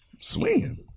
Swinging